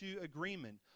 agreement